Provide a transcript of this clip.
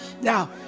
Now